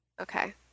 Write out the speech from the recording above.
Okay